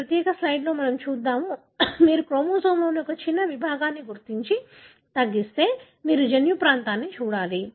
ఈ ప్రత్యేక స్లయిడ్లో నేను చెప్పేది చూద్దాం మీరు క్రోమోజోమ్లోని ఒక చిన్న విభాగాన్ని గుర్తించి తగ్గిస్తే మీరు జన్యు ప్రాంతాన్ని చూడాలి